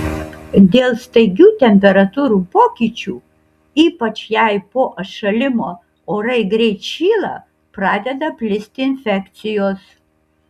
dėl staigių temperatūrų pokyčių ypač jei po atšalimo orai greit šyla pradeda plisti infekcijos